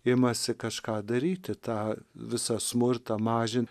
imasi kažką daryti tą visą smurtą mažint